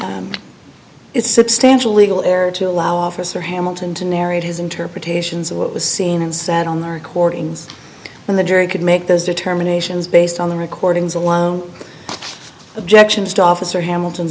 is substantial legal error to allow officer hamilton to narrate his interpretations of what was seen and sat on the recordings when the jury could make those determinations based on the recordings alone objections to officer hamilton